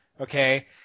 okay